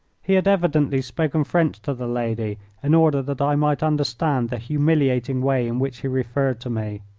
he had evidently spoken french to the lady in order that i might understand the humiliating way in which he referred to me.